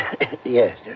Yes